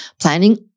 planning